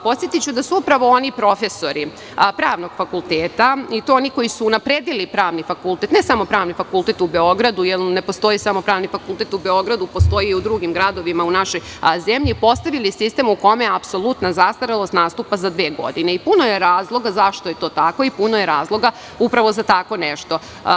Podsetiću da su oni profesori pravnog fakulteta i to oni koji su unapredili pravni fakultet, ne samo Pravni fakultet u Beogradu jer ne postoji samo Pravni fakultet u Beogradu, postoji i u drugim gradovima u našoj zemlji, postavili sistem u kome apsolutna zastarelost nastupa za dve godine i puno je razloga zašto je to tako i puno je razloga upravo za tako nešto.